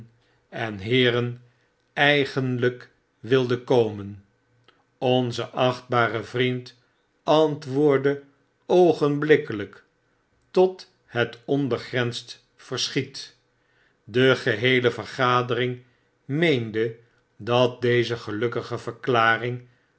en heeren eigenlgk wilden komen onze achtbare vriend antwoordde oogenblikkelyk n tot het onbegrensd verschiet de geheele vergadering meende dat deze gelukkige verklaring